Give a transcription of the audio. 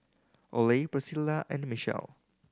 Oley Priscilla and Michell